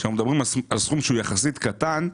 כשאנחנו מדברים על סכום קטן יחסית,